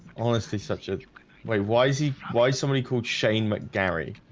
honestly such a way. why is he why somebody called shane mcgary